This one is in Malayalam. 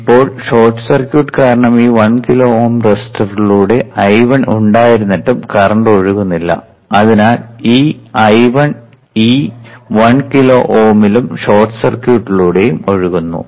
ഇപ്പോൾ ഷോർട്ട് സർക്യൂട്ട് കാരണം ഈ 1 കിലോ Ω റെസിസ്റ്ററിലൂടെ I1 ഉണ്ടായിരുന്നിട്ടും കറന്റ് ഒഴുകുന്നില്ല അതിനാൽ ഈ I1 ഈ 1 കിലോ Ω ലും ഷോർട്ട് സർക്യൂട്ടിലൂടെയും ഒഴുകുന്നു